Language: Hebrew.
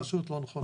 הרשות לא נכונה.